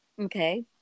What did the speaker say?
Okay